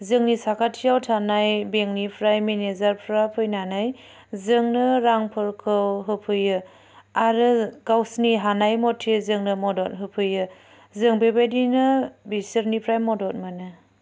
जोंनि साखाथियाव थानाय बेंकनिफ्राय मेनेजारफ्रा फैनानै जोंनो रांफोरखौ होफैयो आरो गावसिनि हानाय मथे जोंनो मदद होफैयो जों बेबायदियैनो बिसोरनिफ्राय मदद मोनो